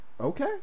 okay